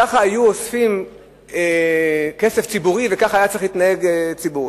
ככה היו אוספים כסף ציבורי וככה היה צריך להתנהג איש ציבור.